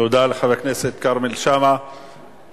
תודה לחבר הכנסת כרמל שאמה-הכהן.